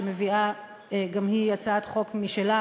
שמביאה גם היא הצעת חוק משלה